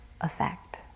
effect